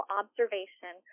observation